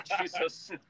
Jesus